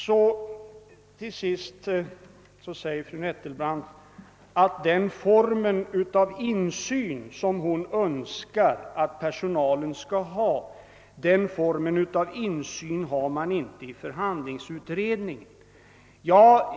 Fru Nettelbrandt säger till sist att den form av insyn hon önskar att per sonalen skall ha inte finns i förhandlingsutredningen.